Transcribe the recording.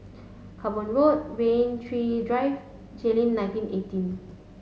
Cranborne Road Rain Tree Drive Jayleen nineteen eighteen